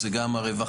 זה גם הרווחה,